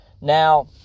Now